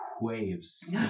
waves